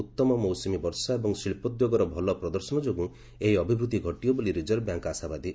ଉଉମ ମୌସୁମୀ ବର୍ଷା ଏବଂ ଶିଳ୍ପୋଦ୍ୟୋଗର ଭଲ ପ୍ରଦର୍ଶନ ଯୋଗୁଁ ଏହି ଅଭିବୃଦ୍ଧି ଘଟିବ ବୋଲି ରିଜର୍ଭ ବ୍ୟାଙ୍କ୍ ଆଶାବାଦୀ